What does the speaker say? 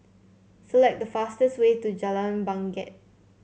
select the fastest way to Jalan Bangket